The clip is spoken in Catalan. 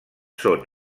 són